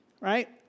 right